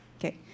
Okay